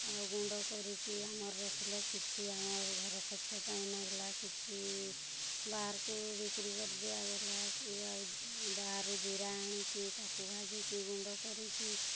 ଆଉ ଗୁଣ୍ଡ କରିକି ଆମର ରଖିଲେ କିଛି ଆମର ଘର ଖର୍ଚ୍ଚ ପାଇଁ ନାଗଲା କିଛି ବାହାରୁକୁ ବିକ୍ରି କରିଦିଆଗଲା କିବା ବାହାରୁ ଜିରା ଆଣିକି ତାକୁ ଭାଜିକି ଗୁଣ୍ଡ କରିକି